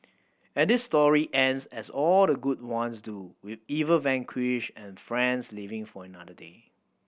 and this story ends as all the good ones do with evil vanquished and friends living for another day